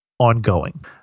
Ongoing